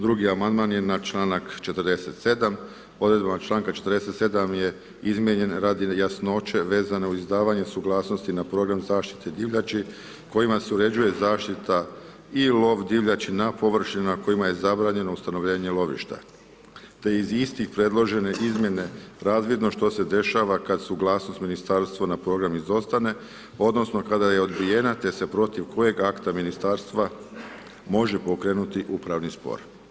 Drugi amandman je na članak 47., odredbama članka 47. je izmijenjen radi jasnoće vezane uz izdavanje suglasnosti na program zaštite divljači kojima se uređuje zaštita i lov divljači na površinama na kojima je zabranjeno ustanovljenje lovišta te iz istih predložene izmjene razvidno što se dešava kad suglasnost Ministarstva na program izostave odnosno kada je odbijena te se protiv koje akta Ministarstva može pokrenuti upravni spor.